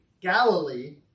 Galilee